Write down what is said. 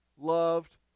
loved